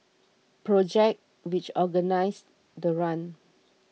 project which organised the run